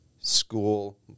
school